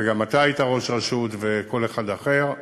וגם אתה היית ראש רשות, וכל אחד אחר,